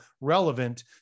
relevant